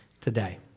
today